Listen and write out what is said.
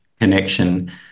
connection